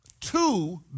two